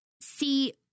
see